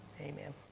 Amen